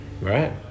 Right